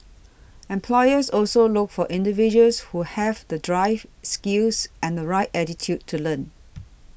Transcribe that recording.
employers also look for individuals who have the drive skills and the right attitude to learn